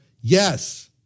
yes